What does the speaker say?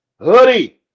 hoodie